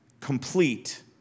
complete